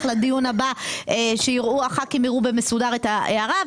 לדיון הבא שחברי כנסת יראו במסודר את ההערה.